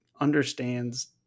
understands